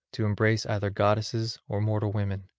to embrace either goddesses or mortal women.